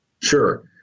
Sure